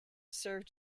served